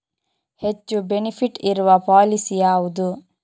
ಹೆಚ್ಚು ಬೆನಿಫಿಟ್ ಇರುವ ಪಾಲಿಸಿ ಯಾವುದು?